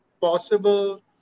possible